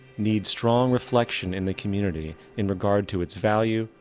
need strong reflection in the community in regard to it's value,